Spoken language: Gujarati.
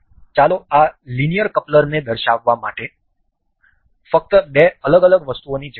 ચાલો આ લિનિયર કપલરને દર્શાવવા માટે ફક્ત બે અલગ અલગ વસ્તુઓની જરૂર છે